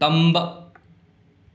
ꯇꯝꯕ